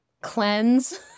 cleanse